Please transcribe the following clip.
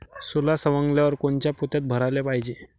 सोला सवंगल्यावर कोनच्या पोत्यात भराले पायजे?